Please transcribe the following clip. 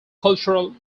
cultural